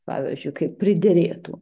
pavyzdžiui kaip priderėtų